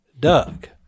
duck